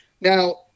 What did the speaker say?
Now